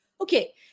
Okay